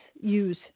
use